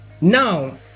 now